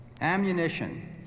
ammunition